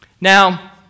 Now